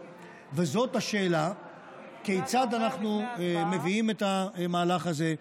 וזה השאלה כיצד אנחנו מביאים את המהלך הזה,